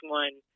one